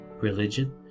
religion